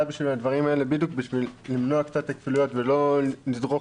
בדברים האלה בדיוק בשביל למנוע את הכפילויות ולא לזרוק